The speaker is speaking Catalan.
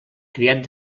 criat